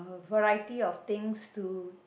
variety of things to